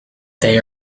they